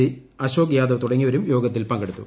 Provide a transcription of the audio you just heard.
G Ashok Yadav തുടങ്ങിയവരും യോഗത്തിൽ പങ്കെടുത്തു